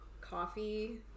coffee